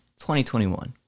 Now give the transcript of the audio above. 2021